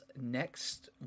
next